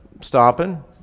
stopping